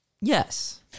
Yes